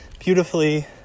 beautifully